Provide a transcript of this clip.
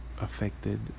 affected